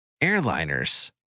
airliners